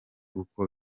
uko